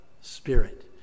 Spirit